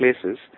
places